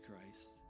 Christ